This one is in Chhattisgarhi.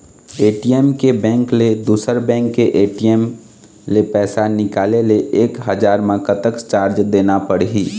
ए.टी.एम के बैंक ले दुसर बैंक के ए.टी.एम ले पैसा निकाले ले एक हजार मा कतक चार्ज देना पड़ही?